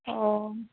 অঁ